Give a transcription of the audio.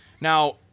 Now